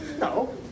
No